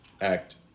act